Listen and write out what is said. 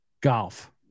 golf